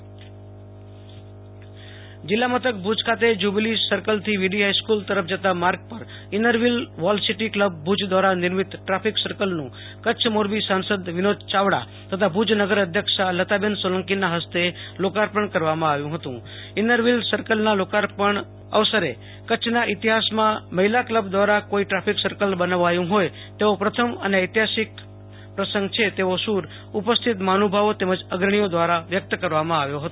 આસુતોષ અંતાણી મુજ મહિલા ક્લબ દ્વારા ટ્રાફિક સર્કલ જીલ્લા મથક ભુજ ખાતે જ્યુબિલી સર્કલ થી વીડી હાઇસ્કુલ તરફ જતા માર્ગ પર inner wheel walled city club Bhuj દ્વારા નિર્મિત ટ્રાફિક સર્કલનું કરછ મોરબી સાસંદ વિનોદ યાવડા તથા ભુજ નગર અધ્યક્ષા લતાબેન સોલંકીનાં હસ્તે લોકાર્પણ કરવામાં આવ્યું હતું ઇનરવ્ફીલ સર્કલનાં લોકાર્પણ અવસરે કરછના ઈતિહાસમાં મહિલાકલબ દ્વારા ટ્રાફિક સર્કલ બનાવાયું હોય તેવો પ્રથમ અને ઐતિહાસિક પ્રસંગ છે તેવો સુર ઉપસ્થિત મહાનુભાવો તેમજ અગ્રણીઓ દ્વોરો વ્યેક્ત કરવામાં આવ્યો હતો